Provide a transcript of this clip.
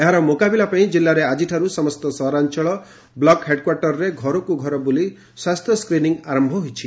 ଏହାର ମୁକାବିଲା ପାଇଁ ଜିଲ୍ଲାରେ ଆଜିଠାରୁ ସମସ୍ତ ସହରାଞ୍ଚଳ ବ୍ଲକ ହେଡକ୍ୱାର୍ଟରରେ ଘରକୁ ଘର ବୁଲି ସ୍ୱାସ୍ସ୍ୟ ସ୍କ୍ରିନିଂ ଆର ହୋଇଛି